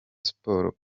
sports